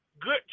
good